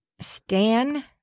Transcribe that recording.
Stan